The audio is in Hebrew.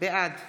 בעד